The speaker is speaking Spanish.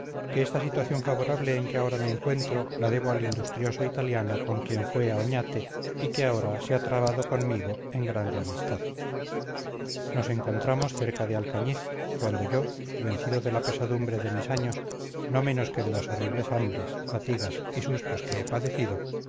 que esta situación favorable en que ahora me encuentro la debo al industrioso italiano con quien fue a oñate y que ahora se ha trabado conmigo en grande amistad nos encontramos cerca de alcañiz cuando yo vencido de la pesadumbre de mis años no menos que de las horribles hambres fatigas y sustos que he padecido